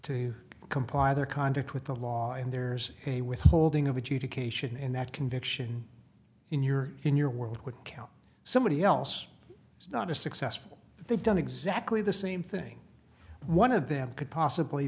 to comply their conduct with the law and there's a withholding of adjudication in that conviction in your in your world would count somebody else is not a successful they've done exactly the same thing one of them could possibly